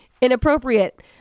inappropriate